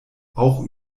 auch